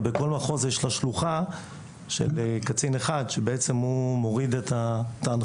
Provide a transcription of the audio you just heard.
ובכל מחוז יש לה שלוחה של קצין אחד שמוריד את ההנחיות,